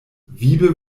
wiebe